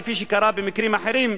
כפי שקרה במקרים אחרים,